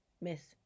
miss